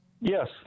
Yes